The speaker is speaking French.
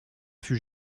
fut